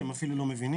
שהם לא מבינים,